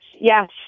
Yes